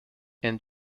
and